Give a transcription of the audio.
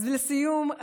אז לסיום,